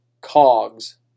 cogs